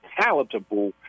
palatable